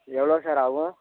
எவ்வளோ சார் ஆகும்